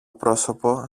πρόσωπο